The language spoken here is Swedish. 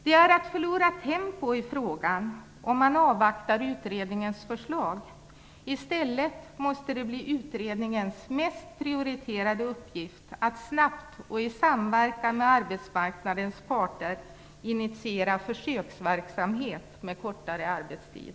Att avvakta utredningens förslag innebär att man förlorar tempo i frågan. I stället måste det bli utredningens mest prioriterade uppgift att snabbt och i samverkan med arbetsmarknadens parter initiera försöksverksamhet med kortare arbetstid.